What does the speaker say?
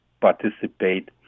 participate